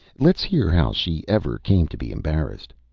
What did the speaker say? let's hear how she ever came to be embarrassed.